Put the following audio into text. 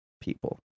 people